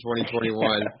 2021